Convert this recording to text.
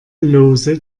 lose